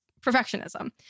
perfectionism